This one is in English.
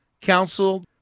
council